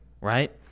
right